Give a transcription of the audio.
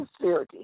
sincerity